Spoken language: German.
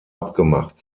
abgemacht